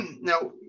now